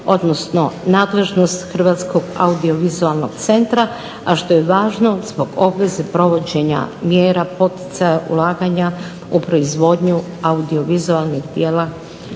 odnosno nadležnost Hrvatskog audio-vizualnog centra a što je važno zbog obveze provođenja mjera poticaja ulaganja u proizvodnju audiovizualnih djela